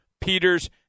Peters